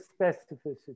specificity